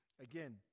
Again